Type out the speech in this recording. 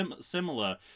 similar